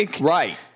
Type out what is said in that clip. right